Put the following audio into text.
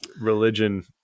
religion